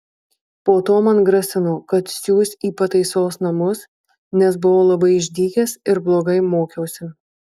po to man grasino kad siųs į pataisos namus nes buvau labai išdykęs ir blogai mokiausi